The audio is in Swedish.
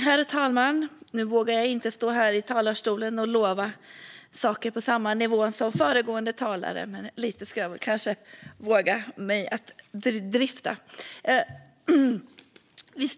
Herr talman! Jag vågar inte stå här i talarstolen och lova saker på samma nivå som föregående talare. Men lite ska jag kanske våga mig på att dryfta.